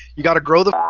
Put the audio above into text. you got to grow the